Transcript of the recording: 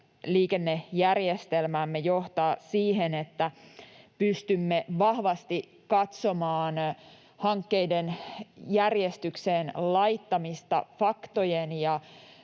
liikennejärjestelmäämme johtaa siihen, että pystymme vahvasti katsomaan hankkeiden järjestykseen laittamista faktojen